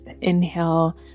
inhale